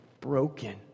broken